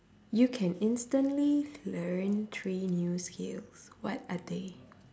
you can instantly learn three new skills what are they